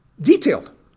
detailed